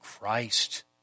Christ